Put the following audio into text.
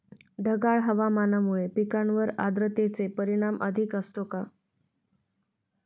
ढगाळ हवामानामुळे पिकांवर आर्द्रतेचे परिणाम अधिक असतो का?